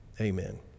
amen